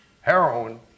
heroin